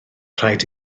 rhaid